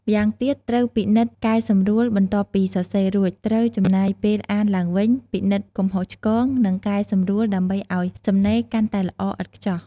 ម្យ៉ាងទៀតត្រូវពិនិត្យកែសម្រួល បន្ទាប់ពីសរសេររួច ត្រូវចំណាយពេលអានឡើងវិញ ពិនិត្យកំហុសឆ្គង និងកែសម្រួលដើម្បីឱ្យសំណេរកាន់តែល្អឥតខ្ចោះ។